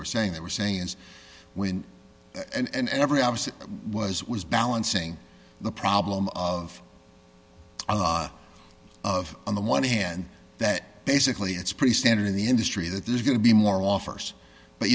were saying they were saying is when and every i was was was balancing the problem of a lot of on the one hand that basically it's pretty standard in the industry that there's going to be more offers but